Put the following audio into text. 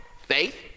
Faith